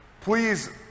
Please